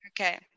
Okay